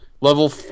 Level